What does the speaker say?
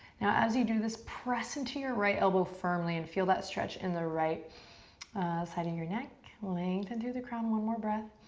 now as you do this, press into your right elbow firmly and feel that stretch in the right side of your neck. lengthen through the crown, one more breath.